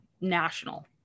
national